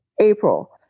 April